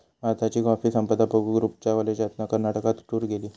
भारताची कॉफी संपदा बघूक रूपच्या कॉलेजातना कर्नाटकात टूर गेली